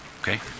Okay